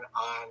on